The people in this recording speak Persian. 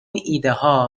ایدهها